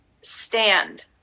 stand